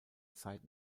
zeit